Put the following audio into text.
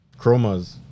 Chromas